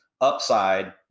upside